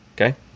okay